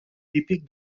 típic